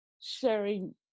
sharing